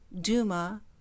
Duma